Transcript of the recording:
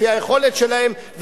לפי היכולת שלהם,